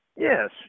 Yes